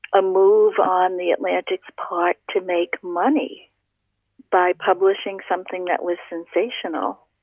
a move on the atlantics part to make money by publishing something that was sensational